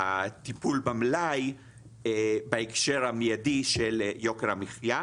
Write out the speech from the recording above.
של הטיפול במלאי בהקשר המיידי של יוקר המחייה,